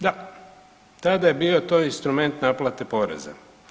Da, tada je bio to instrument naplate poreza.